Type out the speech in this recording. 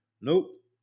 Nope